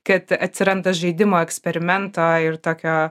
kad atsiranda žaidimo eksperimento ir tokio